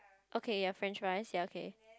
okay ya French fries ya okay